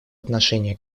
отношения